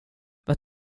vad